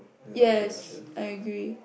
yes I agree